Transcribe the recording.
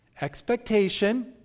Expectation